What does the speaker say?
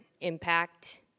impact